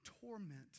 torment